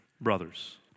brothers